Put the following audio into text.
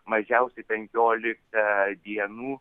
mažiausiai penkiolika dienų